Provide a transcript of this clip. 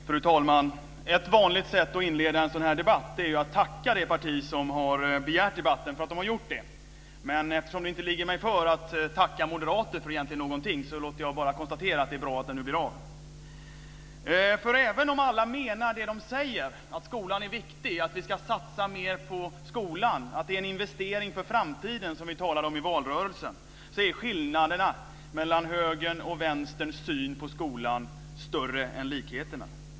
Fru talman! Ett vanligt sätt att inleda en sådan här debatt är att tacka det parti som har begärt debatten för att det gjort det. Men eftersom det inte ligger för mig att tacka moderater för egentligen någonting nöjer jag mig med att bara konstatera att det är bra. För även om alla menar det de säger, att skolan är viktig, att vi ska satsa mer på skolan, att det är en investering i framtiden som vi talade om i valrörelsen, är skillnaderna mellan högerns och Vänsterns syn på skolan större än likheterna.